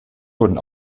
wurden